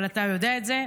אבל אתה יודע את זה,